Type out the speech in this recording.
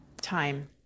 time